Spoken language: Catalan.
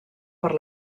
per